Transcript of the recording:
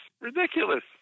ridiculous